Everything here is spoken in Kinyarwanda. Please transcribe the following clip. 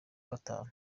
gatanu